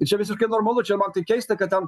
tai čia visiškai normalu čia man tik keista kad ten